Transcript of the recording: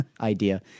idea